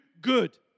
good